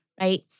right